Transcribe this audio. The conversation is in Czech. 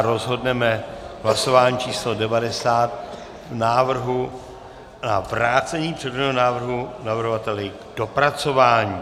Rozhodneme v hlasování číslo 90 o návrhu na vrácení předložené návrhu navrhovateli k dopracování.